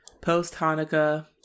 post-Hanukkah